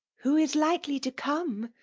who is likely to come?